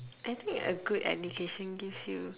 I think a good education gives you